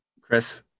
Chris